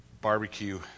Barbecue